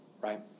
right